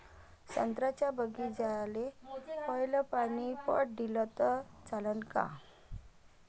संत्र्याच्या बागीचाले पयलं पानी पट दिलं त चालन का?